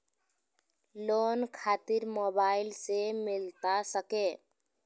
Loan खातिर mobile से मिलता सके?